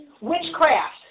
Witchcraft